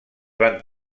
van